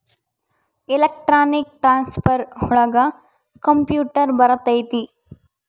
electronic transfer ಒಳಗ computer ಬರತೈತಿ